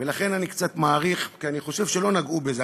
ולכן אני קצת מאריך, כי אני חושב שלא נגעו בזה.